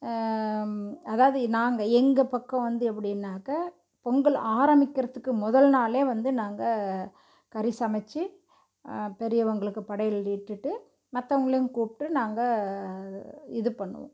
அதாவது நாங்கள் எங்கள் பக்கம் வந்து எப்படின்னாக்கா பொங்கல் ஆரமிக்கிறத்துக்கு முதல் நாளே வந்து நாங்கள் கறி சமச்சு பெரியவங்களுக்கு படையல் இட்டுவிட்டு மற்றவங்களையும் கூப்பிட்டு நாங்கள் இது பண்ணுவோம்